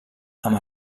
amb